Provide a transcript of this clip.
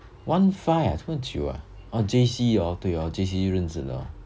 one five ah 这么久 orh J_C hor to J_C 认识的 hor